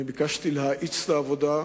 ביקשתי להאיץ את העבודה.